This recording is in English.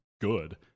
good